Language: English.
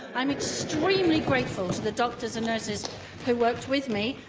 i'm extremely grateful to the doctors and nurses who worked with me,